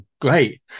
great